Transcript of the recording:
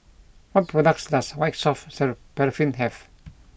what products does White Soft Paraffin have